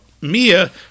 Mia